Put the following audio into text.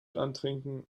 antrinken